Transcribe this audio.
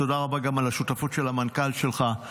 תודה רבה גם על השותפות של המנכ"ל שלך.